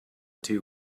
two